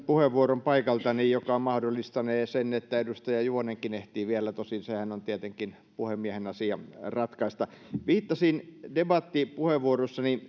puheenvuoron paikaltani mikä mahdollistanee sen että edustaja juvonenkin ehtii vielä tosin sehän on tietenkin puhemiehen asia ratkaista viittasin debattipuheenvuorossani